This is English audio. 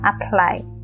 apply